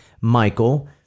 Michael